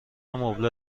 مبله